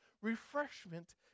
Refreshment